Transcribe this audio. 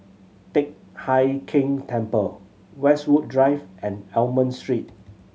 Teck Hai Keng Temple Westwood Drive and Almond Street